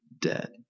dead